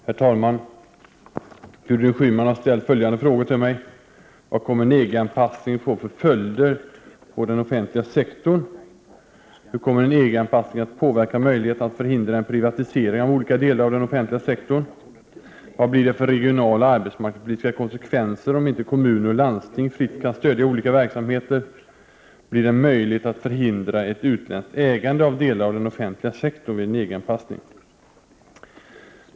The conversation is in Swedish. Herr talman! Gudrun Schyman har ställt följande frågor till mig: 1. Vad kommer en EG-anpassning att få för effekter på den offentliga sektorn? 2. Hur kommer en EG-anpassning att påverka möjligheterna att förhindra en privatisering av olika delar av den offentliga sektorn? 3. Vad blir det för regionaloch arbetsmarknadspolitiska konsekvenser om inte kommuner och landsting fritt kan stödja olika verksamheter? 4. Blir det möjligt att förhindra ett utländskt ägande av delar av den offentliga sektorn vid en EG-anpassning?